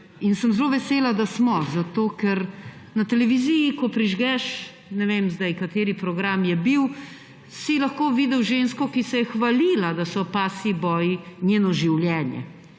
in sem zelo vesela, da smo. Zato ker na televiziji, ko si jo prižgal, ne vem zdaj, kateri program je bil, si lahko videl žensko, ki se je hvalila, da so pasji boji njeno življenje